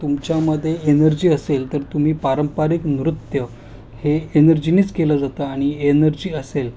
तुमच्यामध्ये एनर्जी असेल तर तुम्ही पारंपरिक नृत्य हे एनर्जीनेच केलं जातं आणि एनर्जी असेल